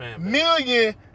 million